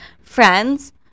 friends